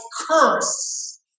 curse